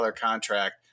contract